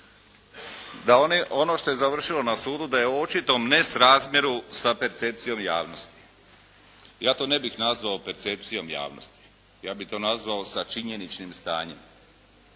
da ono što je završilo na sudu da je u očitom nesrazmjeru sa percepcijom javnosti. Ja to ne bih nazvao percepcijom javnosti. Ja bih to nazvao sa činjeničnim stanjem.